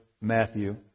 Matthew